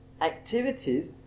activities